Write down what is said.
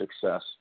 success